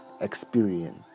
experience